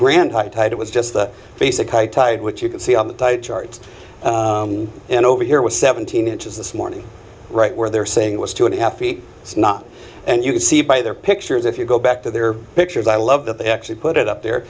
grand high tide it was just the basic high tide which you can see on the charts and over here was seventeen inches this morning right where they're saying it was two and a half feet it's not and you can see by their pictures if you go back to their pictures i love that they actually put it up there